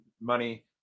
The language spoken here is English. money